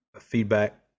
feedback